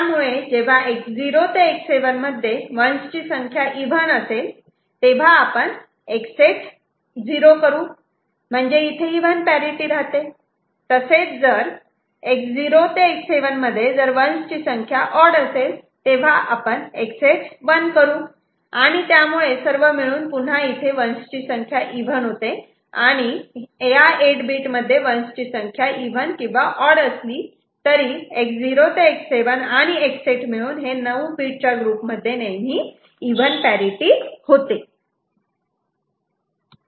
त्यामुळे जेव्हा X0 ते X7 मध्ये 1's ची संख्या इव्हन असेल तेव्हा आपण X8 0 असे करू म्हणजे इथे इव्हन पॅरिटि राहते तसेच जर X0 ते X7 मध्ये जर 1's ची संख्या ऑड असेल तेव्हा X8 1 करू आणि त्यामुळे सर्व मिळून पुन्हा इथे 1's ची संख्या इव्हन होते अशाप्रकारे या 8 bit मध्ये हे 1's ची संख्या इव्हन किंवा ऑड असली तरी इथे X0 ते X7 आणि X8 मिळून 9 बीट च्या ग्रुपमध्ये नेहमी इव्हन पॅरिटि होते